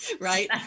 Right